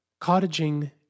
Cottaging